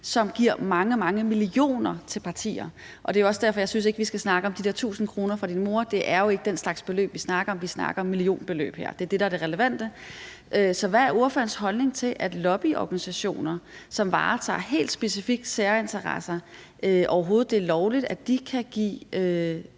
som giver mange, mange millioner til partier. Det er også derfor, at jeg ikke synes vi skal snakke om de der 1.000 kr. fra ordførerens mor – det er jo ikke den slags beløb, vi snakker om. Vi snakker om millionbeløb her. Det er det, der er det relevante. Så hvad er ordførerens holdning til, at lobbyorganisationer, som varetager helt specifikke særinteresser, kan give så mange penge